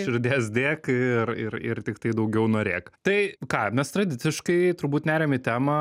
prie širdies dėk ir ir ir tiktai daugiau norėk tai ką mes tradiciškai turbūt neriam į temą